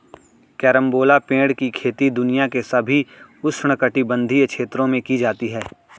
carambola पेड़ की खेती दुनिया के सभी उष्णकटिबंधीय क्षेत्रों में की जाती है